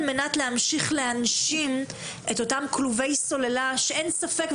מנת להמשיך להנשים את אותם כלובי סוללה שאין ספק,